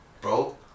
bro